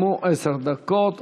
גם הוא עשר דקות.